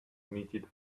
knitted